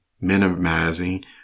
minimizing